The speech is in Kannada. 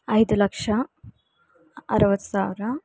ಐದು ಲಕ್ಷ ಅರ್ವತ್ತು ಸಾವಿರ